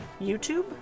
YouTube